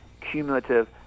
cumulative